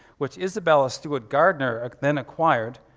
which isabella stuart garnder then acquired,